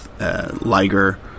Liger